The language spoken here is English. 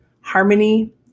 harmony